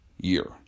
year